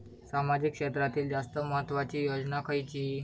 सामाजिक क्षेत्रांतील जास्त महत्त्वाची योजना खयची?